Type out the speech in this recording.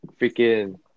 freaking